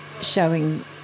showing